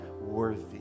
worthy